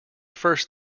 first